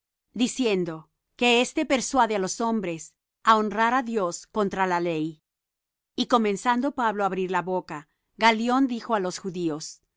diciendo que éste persuade á los hombres á honrar á dios contra la ley y comenzando pablo á abrir la boca galión dijo á los judíos